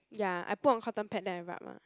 ya I put on cotton pad then I rub mah